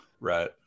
Right